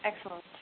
Excellent